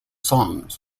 songs